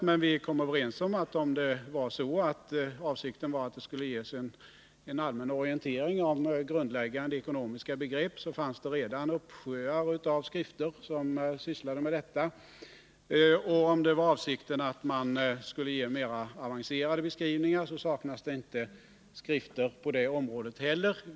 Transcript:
Men vi kom överens om att om avsikten var att det skulle ges en allmän orientering om grundläggande ekonomiska begrepp så kunde vi hänvisa till att det redan finns uppsjöar av skrifter som sysslar med detta. Och om avsikten var att man skulle ge mer avancerade beskrivningar kunde vi påpeka att det inte heller på det området saknas skrifter.